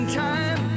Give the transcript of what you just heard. time